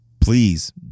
Please